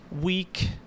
week